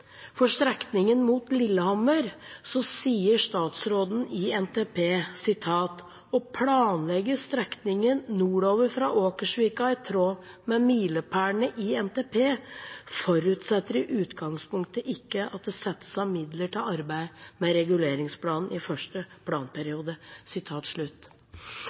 For strekningen mot Lillehammer sier statsråden i NTP: Å planlegge strekningen nordover fra Åkersvika i tråd med milepælene i NTP forutsetter i utgangspunktet ikke at det settes av midler til arbeid med reguleringsplan i første